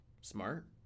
Smart